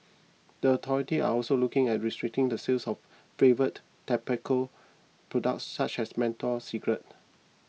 the authority are also looking at restricting the sale of flavoured tobacco products such as menthol cigarettes